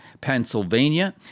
Pennsylvania